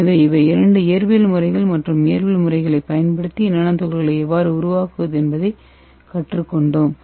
எனவே இவை இரண்டு இயற்பியல் முறைகள் மற்றும் இந்த இயற்பியல் முறைகளைப் பயன்படுத்தி நானோ துகள்களை எவ்வாறு உருவாக்குவது என்பதைக் கற்றுக்கொண்டோம்